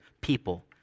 people